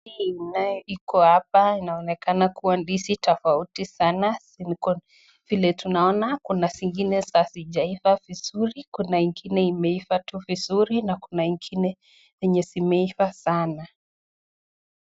Hii ndizi inayo iko hapa inaonekana kuwa ndizi tofauti sana. Vile tunaona kuna zingine hazijaiva vizuri, kuna ingine imeiva tu vizuri, na kuna ingine zenye zimeiva sana.